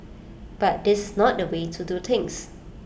but this not the way to do things